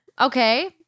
Okay